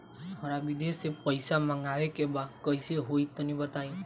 हमरा विदेश से पईसा मंगावे के बा कइसे होई तनि बताई?